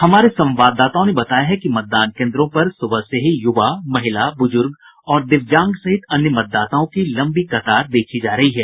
हमारे संवाददाताओं ने बताया है कि मतदान केन्द्रों पर सुबह से ही यूवा महिला बुज़ुर्ग और दिव्यांग सहित अन्य मतदाताओं की लंबी कतार देखी जा रही है